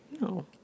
No